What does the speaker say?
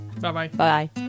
Bye-bye